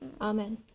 Amen